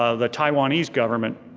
ah the taiwanese government,